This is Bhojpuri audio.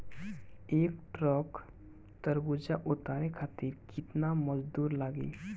एक ट्रक तरबूजा उतारे खातीर कितना मजदुर लागी?